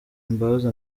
imbabazi